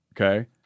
Okay